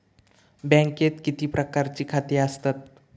बँकेत किती प्रकारची खाती आसतात?